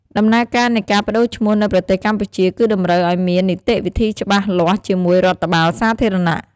ដំណើរការនៃការប្ដូរឈ្មោះនៅប្រទេសកម្ពុជា គឺតម្រូវឲ្យមាននីតិវិធីច្បាស់លាស់ជាមួយរដ្ឋបាលសាធារណៈ។